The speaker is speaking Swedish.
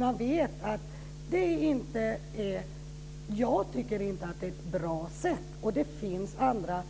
Jag tycker inte att det är ett bra sätt. Det finns andra